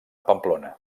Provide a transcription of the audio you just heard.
pamplona